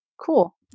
Cool